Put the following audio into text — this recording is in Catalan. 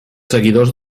seguidors